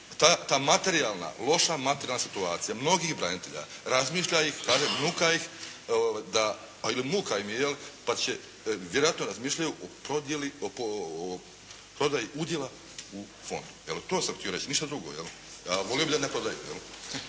ta materijalna, loša materijalna situacija mnogih branitelja razmišlja i kažem nuka ih da, muka im je jel', pa vjerojatno razmišljaju o prodaji udjela u fondu jel'. To sam htio reći, ništa drugo jel', a volio bih da ne prodaju